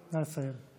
נא לסיים.